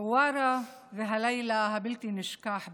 חווארה והלילה הבלתי-נשכח בחווארה.